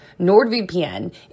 NordVPN